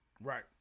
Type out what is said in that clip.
Right